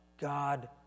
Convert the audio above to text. god